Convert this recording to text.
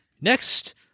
Next